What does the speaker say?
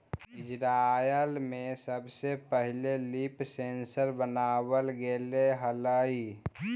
Israel में सबसे पहिले लीफ सेंसर बनाबल गेले हलई